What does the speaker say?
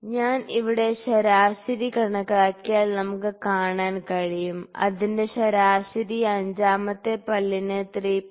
ഞാൻ ഇവിടെ ശരാശരി കണക്കാക്കിയാൽ നമുക്ക് കാണാൻ കഴിയും അതിന്റെ ശരാശരി അഞ്ചാമത്തെ പല്ലിന് 3